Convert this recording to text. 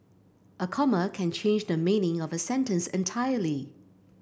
a comma can change the meaning of a sentence entirely